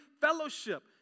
fellowship